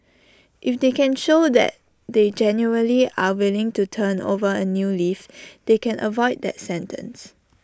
if they can show that they genuinely are willing to turn over A new leaf they can avoid that sentence